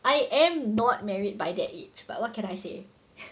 I am not married by the age but what can I say